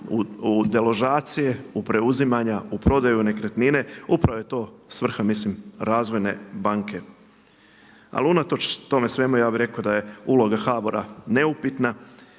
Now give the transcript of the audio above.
u deložacije, u preuzimanja, u prodaju nekretnine. Upravo je to svrha mislim Razvojne banke. Ali unatoč tome svemu ja bih rekao da je uloga HBOR-a neupitna